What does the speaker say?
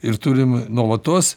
ir turim nuolatos